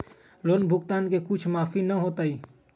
Loan भुगतान में कुछ माफी न होतई?